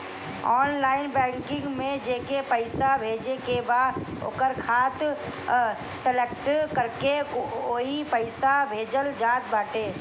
online banking में जेके पईसा भेजे के बा ओकर खाता सलेक्ट करके ओके पईसा भेजल जात बाटे